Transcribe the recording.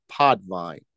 Podvine